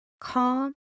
calm